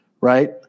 right